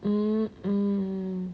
mm mm